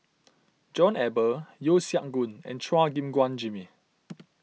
John Eber Yeo Siak Goon and Chua Gim Guan Jimmy